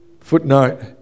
Footnote